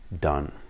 done